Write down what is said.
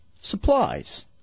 Supplies